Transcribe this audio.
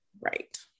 right